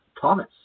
Thomas